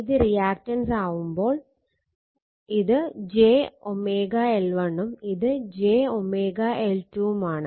ഇത് റിയാക്റ്റൻസ് ആവുമ്പോൾ ഇത് j L1 ഉം ഇത് j L2 ആണ്